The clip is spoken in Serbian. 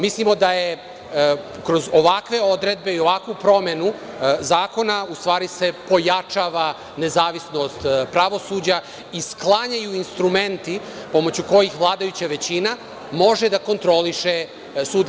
Mislimo da je kroz ovakve odredbe i ovakvu promenu zakona u stvari se pojačava nezavisnost pravosuđa i sklanjaju instrumenti pomoću kojih vladajuća većina može da kontroliše sudije.